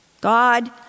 God